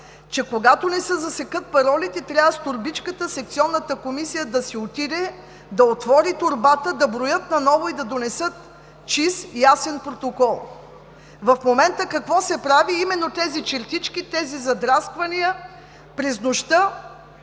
че когато не се засекат паролите, трябва да се отиде с торбичката в секционната комисия, да се отвори торбата, да броят наново, и да донесат чист и ясен протокол. В момента какво се прави? Именно тези чертички, тези задрасквания през нощта,